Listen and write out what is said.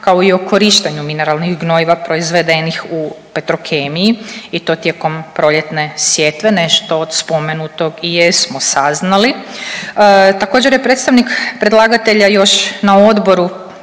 kao i o korištenju mineralnih gnojiva proizvedenih u Petrokemiji i to tijekom proljetne sjetve nešto od spomenutog i jesmo saznali. Također je predstavnik predlagatelja još na odboru